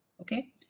okay